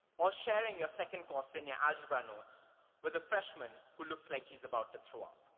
or sharing your second course senior algebra notes with a freshman who looks like he's about to throw up.